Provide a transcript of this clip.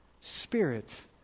spirit